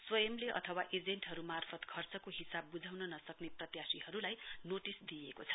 स्वयंले अथवा एजेन्टहरु मार्फ खर्चको हिसाव बुझाउन नसक्ने प्रत्याशीहरुलाई नोटिस दिइएको छ